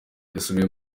yasubiye